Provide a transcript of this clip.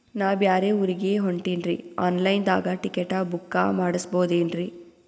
ನಾ ಬ್ಯಾರೆ ಊರಿಗೆ ಹೊಂಟಿನ್ರಿ ಆನ್ ಲೈನ್ ದಾಗ ಟಿಕೆಟ ಬುಕ್ಕ ಮಾಡಸ್ಬೋದೇನ್ರಿ?